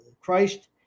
Christ